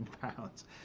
pounds